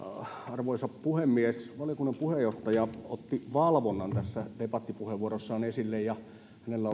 arvoisa puhemies valiokunnan puheenjohtaja otti valvonnan tässä debattipuheenvuorossaan esille ja hänellä oli